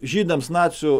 žydams nacių